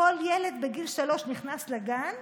כל ילד בגיל שלוש נכנס לגן,